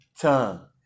tongue